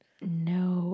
No